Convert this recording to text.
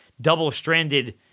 double-stranded